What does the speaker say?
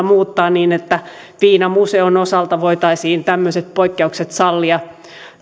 muuttaa niin että viinamuseon osalta voitaisiin tämmöiset poikkeukset sallia